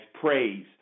praise